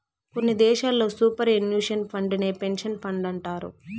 కొన్ని దేశాల్లో superannuation ఫండేనే పెన్సన్ ఫండంటారు